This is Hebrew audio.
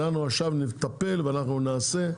אנחנו עכשיו נטפל ואנחנו עכשיו נעשה.